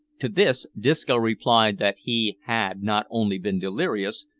to this disco replied that he had not only been delirious,